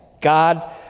God